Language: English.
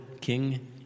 King